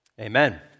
amen